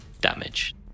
damage